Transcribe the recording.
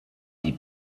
die